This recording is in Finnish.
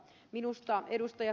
minusta ed